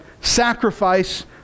sacrifice